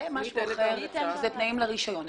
אלא תנאים לרישיון.